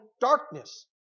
darkness